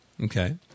Okay